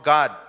God